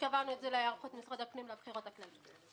ואז קבענו את זה להיערכות משרד הפנים לבחירות הכלליות.